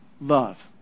Love